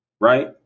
Right